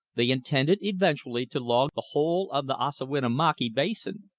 they intended eventually to log the whole of the ossawinamakee basin.